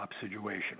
situation